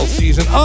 season